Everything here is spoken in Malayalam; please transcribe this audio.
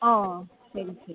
ഓ ശരി ശരി